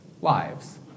lives